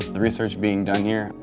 the research being done here,